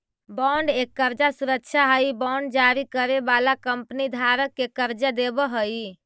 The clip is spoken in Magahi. बॉन्ड एक कर्जा सुरक्षा हई बांड जारी करे वाला कंपनी धारक के कर्जा देवऽ हई